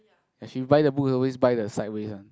and she buy the book always buy the sideways one